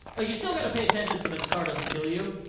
you still gotta pay attention so that the car doesn't kill you,